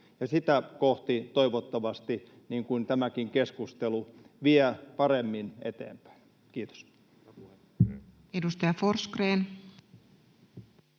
sitä kohti toivottavasti tämäkin keskustelu vie paremmin eteenpäin. — Kiitos. [Speech